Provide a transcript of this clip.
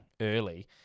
early